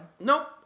Nope